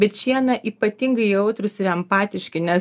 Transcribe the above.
bet šie na ypatingai jautrūs ir empatiški nes